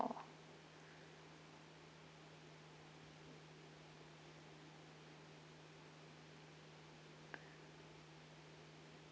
orh